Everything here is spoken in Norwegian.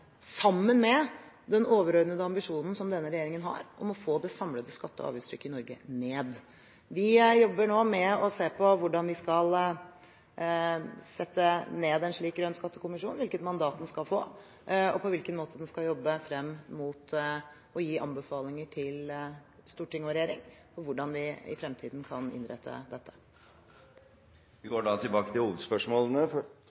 sammen med den overordnede ambisjonen som denne regjeringen har om å få det samlede skatte- og avgiftstrykket i Norge ned. Vi jobber nå med å se på hvordan vi skal sette ned en slik grønn skattekommisjon, hvilket mandat den skal få, og på hvilken måte den skal jobbe frem mot å gi anbefalinger til storting og regjering om hvordan vi i fremtiden kan innrette